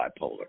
bipolar